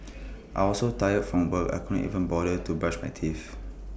I was so tired from work I couldn't even bother to brush my teeth